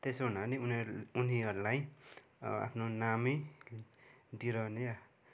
त्यसो हुनले उनीहरू उनीहरूलाई आफ्नो नामै दिइरहने